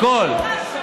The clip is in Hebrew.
הכול.